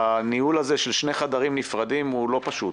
והניהול הזה של שני חדרים נפרדים הוא לא פשוט,